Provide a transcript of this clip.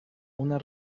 una